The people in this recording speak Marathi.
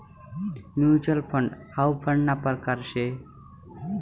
म्युच्युअल फंड हाउ फंडना परकार शे